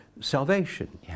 salvation